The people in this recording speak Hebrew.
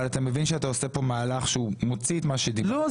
אבל אתה מבין שאתה עושה כאן מהלך שהוא מוציא את מה שדיברנו --- לא.